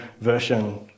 version